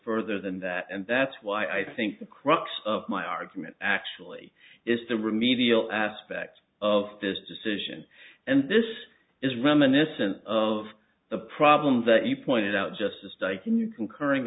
further than that and that's why i think the crux of my argument actually is the remedial aspect of this decision and this is reminiscent of the problem that you pointed out just a stake in you concurr